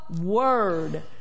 word